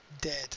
dead